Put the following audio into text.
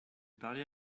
parlé